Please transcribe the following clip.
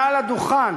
מעל הדוכן,